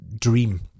dream